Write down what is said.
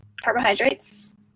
carbohydrates